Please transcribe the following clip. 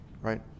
Right